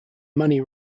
money